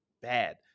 bad